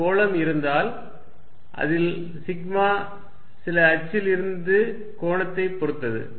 ஒரு கோளம் இருந்தால் அதில் σ சில அச்சில் இருந்து கோணத்தைப் பொறுத்தது